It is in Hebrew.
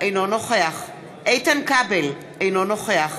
אינו נוכח איתן כבל, אינו נוכח